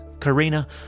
Karina